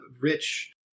rich